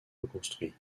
reconstruits